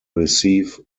receive